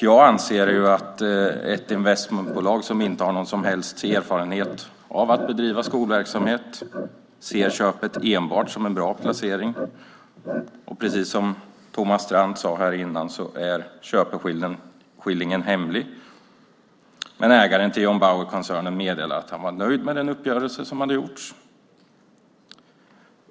Jag anser att ett investmentbolag som inte har någon som helst erfarenhet av att bedriva skolverksamhet ser köpet enbart som en bra placering. Precis som Thomas Strand sade här tidigare är köpeskillingen hemlig, men ägaren till John Bauer-koncernen har meddelat att han var nöjd med den uppgörelse som hade gjorts.